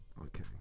Okay